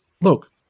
look